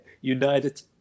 United